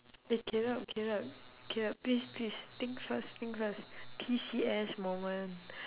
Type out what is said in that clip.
eh caleb caleb caleb please please think first think first P_C_S moment